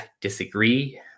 disagree